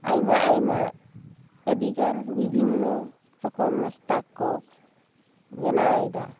ᱟᱭᱢᱟ ᱟᱭᱢᱟ ᱟᱹᱰᱤᱜᱟᱱ ᱵᱤᱵᱷᱤᱱᱱᱚ ᱨᱚᱠᱚᱢ ᱱᱟᱥᱛᱟ ᱠᱚ ᱵᱮᱱᱟᱣ ᱮᱫᱟ